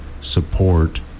support